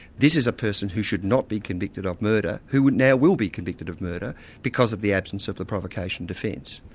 this is a person who should not be convicted of murder, who now will be convicted of murder because of the absence of the provocation defence.